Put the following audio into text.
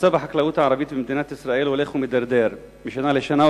מצב החקלאות הערבית במדינת ישראל הולך ומידרדר משנה לשנה,